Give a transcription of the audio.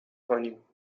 کنیم